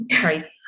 sorry